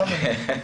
סתם אני.